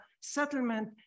settlement